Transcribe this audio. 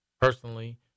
personally